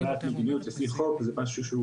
--- ליכודניק, זה עניין גם שלך.